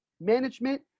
management